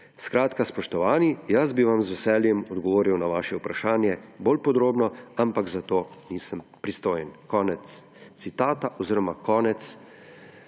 Skratka, spoštovani, jaz bi vam z veseljem odgovoril na vaše vprašanje bolj podrobno, ampak za to nisem pristojen.« Konec citata oziroma konec